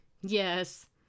Yes